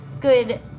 good